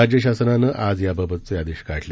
राज्य शासनानं आज याबाबतचे आदेश काढले